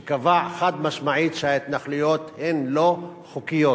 שקבע חד-משמעית שההתנחלויות הן לא חוקיות.